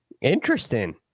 interesting